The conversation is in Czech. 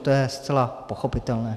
To je zcela pochopitelné.